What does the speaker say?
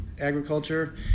agriculture